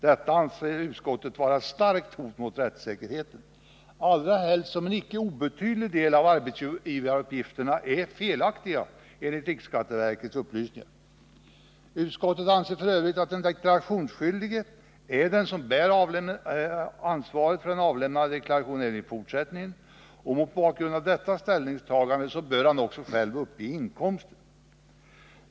Detta anser utskottet vara ett starkt hot mot rättssäkerheten — allra helst som en inte obetydlig del av arbetsgivaruppgifterna är felaktiga, enligt riksskatteverkets upplysningar. Utskottet anser f. ö. att den deklarationsskyldige är den som bör bära ansvaret för den avlämnade deklarationen även i fortsättningen, och mot bakgrund av detta ställningstagande bör han också själv uppge inkomsten.